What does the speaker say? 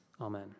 Amen